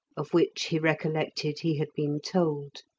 of which he recollected he had been told.